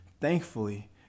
Thankfully